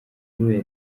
kubera